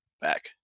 back